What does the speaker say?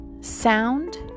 sound